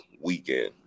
weekend